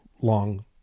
long